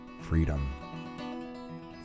freedom